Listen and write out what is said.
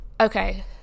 okay